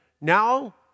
now